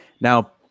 Now